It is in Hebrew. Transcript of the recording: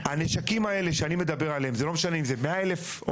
הנשקים האלה שאני מדבר עליהם וזה לא משנה אם זה 100,000 או